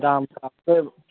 दा माबाफोर